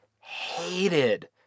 hated